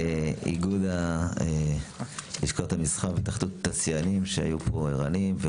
איגוד לשכות המסחר והתאחדות התעשיינים שהיו פה ערניים,